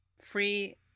Free